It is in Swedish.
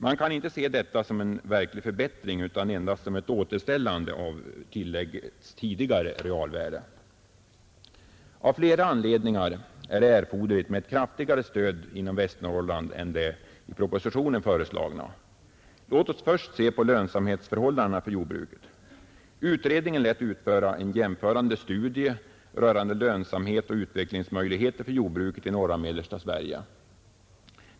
Man kan inte se detta som en verklig förbättring utan endast som ett återställande av tilläggets tidigare realvärde. Av flera anledningar är det erforderligt med ett kraftigare stöd inom Västernorrland än det i propositionen föreslagna. Låt oss först se på lönsamhetsförhållandena för jordbruket. Utredningen lät utföra en jämförande studie rörande lönsamhet och utvecklingsmöjligheter för jordbruket i norra och mellersta Sverige.